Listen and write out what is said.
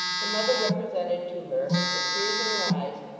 her mother represented to her, with tears in her eyes,